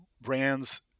brands